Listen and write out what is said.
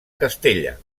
castella